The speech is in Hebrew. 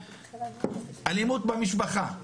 אלימות במשפחה.